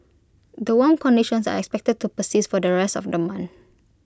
the warm conditions are expected to persist for the rest of the month